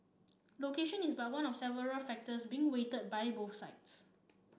location is but one of several factors being weighed by both sides